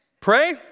Pray